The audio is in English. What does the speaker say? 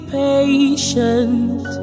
patient